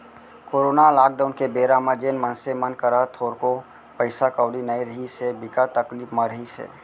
corona lockdown के बेरा म जेन मनसे मन करा थोरको पइसा कउड़ी नइ रिहिस हे, बिकट तकलीफ म रिहिस हे